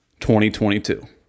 2022